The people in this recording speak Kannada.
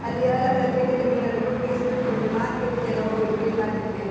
ಅಲ್ಲಿ ಏಲಂನ ತೆಗೆದ ಮೀನನ್ನು ಬುಟ್ಟಿಗೆ ಸುರಿದುಕೊಂಡು ಮಾರ್ಕೆಟಿಗೆಲ್ಲ ಹೋಗೋದು ಮೀನ್ ಮಾರ್ಕೆಟಿಗೆ